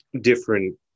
different